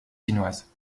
chinoises